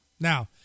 Now